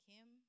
Kim